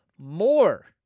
More